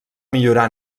millorar